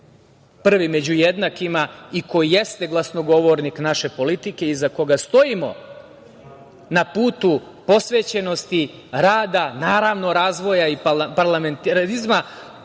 prvi među jednakima i ko jeste glasnogovornik naše politike iza koga stojimo na putu posvećenosti, rada, naravno razvoja parlamentarizma,